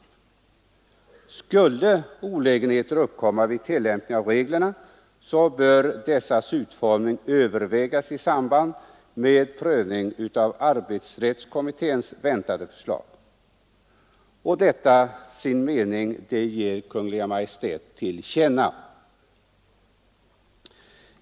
Skulle olägenheter uppkomma vid tillämpning av reglerna så bör dessas utformning övervägas i samband med prövning av arbetsrättskommitténs väntade förslag. Denna sin uppfattning vill utskottet att Kungl. Maj:t ges till känna.